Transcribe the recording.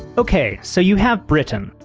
ok, so you have britain,